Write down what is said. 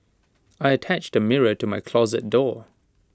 I attached A mirror to my closet door